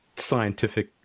scientific